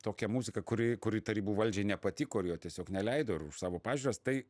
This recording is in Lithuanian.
tokią muziką kuri kuri tarybų valdžiai nepatiko ir jo tiesiog neleido ir už savo pažiūras tai